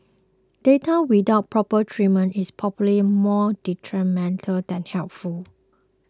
data without proper treatment is probably more detrimental than helpful